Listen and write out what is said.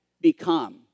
become